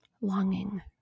longing